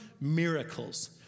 miracles